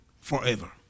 forever